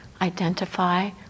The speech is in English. identify